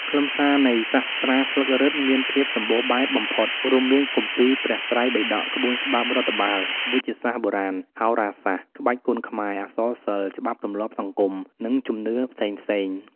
ខ្លឹមសារនៃសាស្រ្តាស្លឹករឹតមានភាពសម្បូរបែបបំផុត រួមមាន គម្ពីរព្រះត្រៃបិដក ក្បួនច្បាប់រដ្ឋបាល វេជ្ជសាស្ត្របុរាណ ហោរាសាស្ត្រ ក្បាច់គុនខ្មែរ អក្សរសិល្ប៍ ច្បាប់ទម្លាប់សង្គម និងជំនឿផ្សេងៗ។